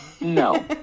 No